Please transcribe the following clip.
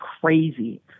crazy